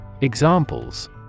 Examples